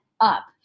up